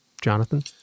Jonathan